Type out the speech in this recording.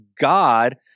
God